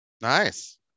Nice